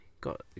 Got